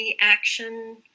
action